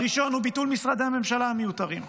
הראשון הוא ביטול משרדי הממשלה המיותרים.